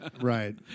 Right